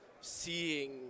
seeing